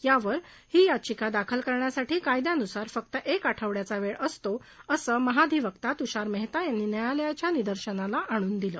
यावर ही याचिका दाखल करण्यासाठी कायद्यानुसार फक्त एक आठवड्याचा वेळ असतो असं महाधिवक्ता तृषार मेहता यांनी न्यायालयाच्या निदर्शनाला आणून दिलं